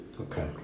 Okay